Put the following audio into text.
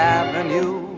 avenue